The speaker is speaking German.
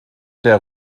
der